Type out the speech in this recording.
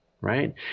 right